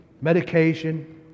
medication